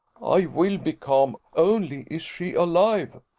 i will be calm only is she alive?